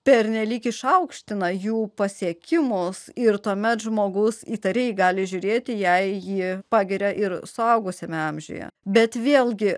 pernelyg išaukština jų pasiekimus ir tuomet žmogus įtariai gali žiūrėti jei ji pagiria ir suaugusiame amžiuje bet vėlgi